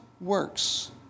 works